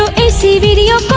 a c video